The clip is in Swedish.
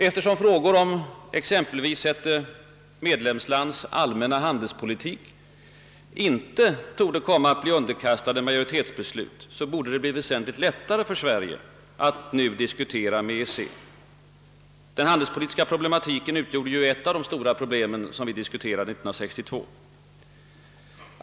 Eftersom frågor om exempelvis ett medlemslands allmänna handelspolitik inte torde komma att bli underkastade majoritetsbeslut, borde det vara väsentligt lättare för Sverige att nu diskutera med EEC. Den handelspolitiska problematiken utgjorde ju ett av de stora problemen vid diskussionerna 1962.